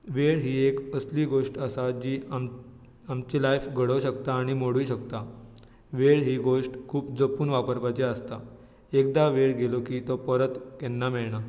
वेळ ही एक असली गोश्ट आसा जी आम आमची लायफ घडोवंक शकता आनी मोडूय शकता वेळ ही गोश्ट खूब जपून वापरपाची आसता एकदां वेळ गेलो की तो परत केन्ना मेळना